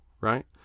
Right